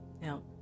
Now